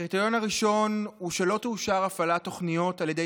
הקריטריון הראשון הוא שלא תאושר הפעלת תוכניות על ידי